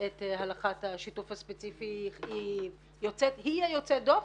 את הלכת השיתוף הספציפי, היא יוצאת דופן.